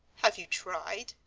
have you tried?